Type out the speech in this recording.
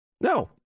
no